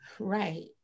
Right